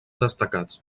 destacats